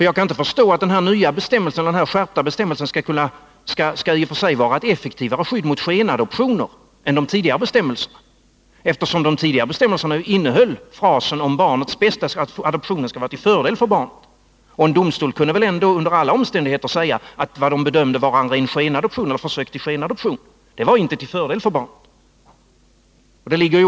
Jag kan inte förstå att den nya, skärpta bestämmelsen i och för sig skulle vara ett effektivare skydd mot skenadoptioner än de tidigare bestämmelserna, eftersom de tidigare bestämmelserna ju innehöll frasen att adoptionen skulle vara till fördel för barnet. En domstol kunde väl under alla omständigheter säga att vad den bedömde vara ett försök till skenadoption inte var till fördel för barnet.